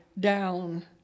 down